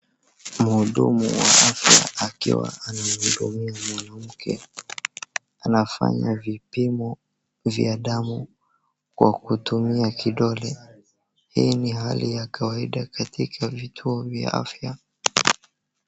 Mhudumu wa afya akiwa anamhudumia mwanamke anafanya vipimo vya damu kwa kutumia kidole hii ni hali ya kawaida katika vituo vya afya.